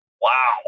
Wow